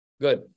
Good